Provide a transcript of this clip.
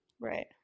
Right